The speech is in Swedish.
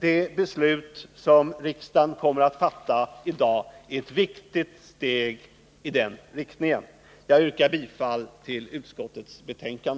Det beslut som riksdagen kommer att fatta i dag är ett viktigt steg i den riktningen. Jag yrkar bifall till utskottets hemställan.